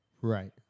Right